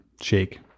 shake